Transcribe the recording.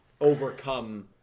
overcome